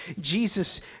Jesus